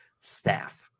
staff